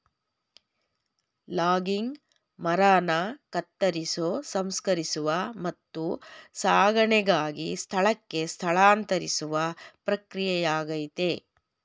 logging ಮರನ ಕತ್ತರಿಸೋ ಸಂಸ್ಕರಿಸುವ ಮತ್ತು ಸಾಗಣೆಗಾಗಿ ಸ್ಥಳಕ್ಕೆ ಸ್ಥಳಾಂತರಿಸುವ ಪ್ರಕ್ರಿಯೆಯಾಗಯ್ತೆ